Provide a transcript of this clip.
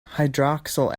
hydroxyl